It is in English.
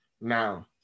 Now